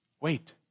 Wait